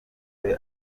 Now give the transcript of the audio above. maze